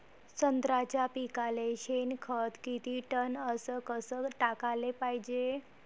संत्र्याच्या पिकाले शेनखत किती टन अस कस टाकाले पायजे?